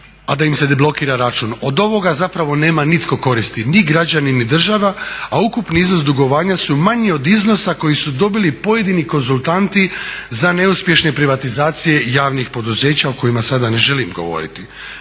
a da im se ne blokira račun? Od ovoga zapravo nema nitko koristi ni građani, ni država a ukupni iznos dugovanja su manji od iznosa koji su dobili pojedini konzultanti za neuspješne privatizacije javnih poduzeća o kojima sada ne želim govoriti.